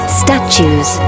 statues